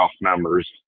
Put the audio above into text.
members